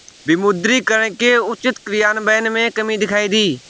विमुद्रीकरण के उचित क्रियान्वयन में कमी दिखाई दी